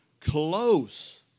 close